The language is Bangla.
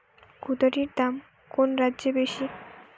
কুঁদরীর দাম কোন রাজ্যে বেশি?